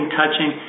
touching